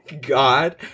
god